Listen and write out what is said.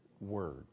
words